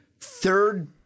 third